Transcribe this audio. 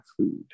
food